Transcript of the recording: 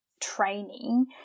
training